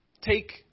take